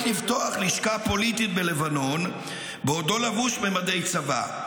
לפתוח לשכה פוליטית בלבנון בעודו לבוש במדי צבא,